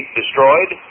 destroyed